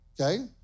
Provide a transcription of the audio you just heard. okay